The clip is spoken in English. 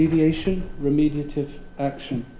remediation? remediative action.